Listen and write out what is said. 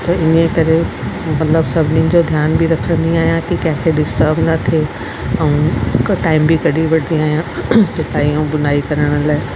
त इन्हीअ करे मतिलबु सभिनीनि जो ध्यानु बि रखंदी आहियां की कंहिंखे डीस्टर्ब न थिए ऐं टाईम बि कढी वठंदी आहियां सिलाई ऐं बुनाई करण लाइ